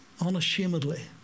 Unashamedly